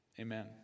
Amen